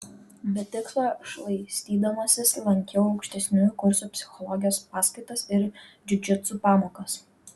be tikslo šlaistydamasis lankiau aukštesniųjų kursų psichologijos paskaitas ir džiudžitsu pamokas